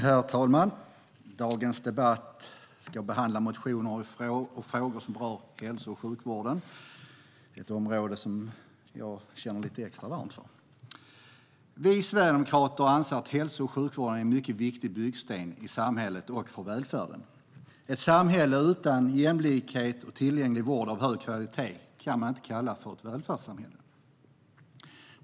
Herr talman! I denna debatt ska vi behandla motioner och frågor som rör hälso och sjukvården. Det är ett område som jag känner lite extra för. Vi sverigedemokrater anser att hälso och sjukvården är en mycket viktig byggsten i samhället och välfärden. Ett samhälle utan jämlik och tillgänglig vård av hög kvalitet kan inte kallas för ett välfärdssamhälle.